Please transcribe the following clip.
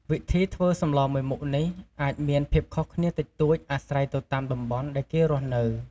វិធីធ្វើសម្លមួយមុខនេះអាចមានភាពខុសគ្នាតិចតួចអាស្រ័យទៅតាមតំបន់ដែលគេរស់នៅ។